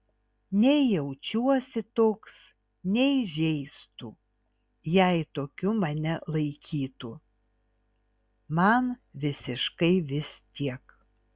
nei jaučiuosi toks nei žeistų jei tokiu mane laikytų man visiškai vis tiek